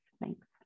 thanks